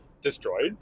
destroyed